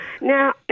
Now